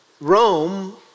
Rome